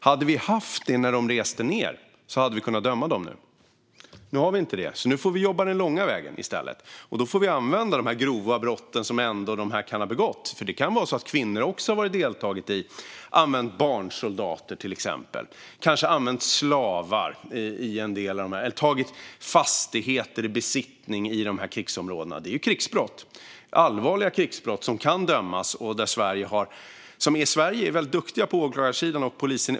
Hade vi haft det när dessa personer reste ned hade vi kunnat döma dem nu. Nu har vi inte det, så nu får vi jobba den långa vägen i stället. Då får vi använda de grova brott som dessa personer ändå kan ha begått. Det kan vara så att även kvinnor till exempel har använt barnsoldater, använt slavar eller tagit fastigheter i besittning i krigsområdena. Detta är ju allvarliga krigsbrott, som de kan dömas för. Vi i Sverige är väldigt duktiga på åklagarsidan och inom polisen.